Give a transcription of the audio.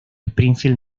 springfield